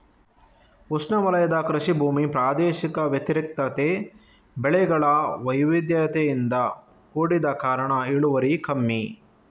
ಉಷ್ಣವಲಯದ ಕೃಷಿ ಭೂಮಿ ಪ್ರಾದೇಶಿಕ ವ್ಯತಿರಿಕ್ತತೆ, ಬೆಳೆಗಳ ವೈವಿಧ್ಯತೆಯಿಂದ ಕೂಡಿದ ಕಾರಣ ಇಳುವರಿ ಕಮ್ಮಿ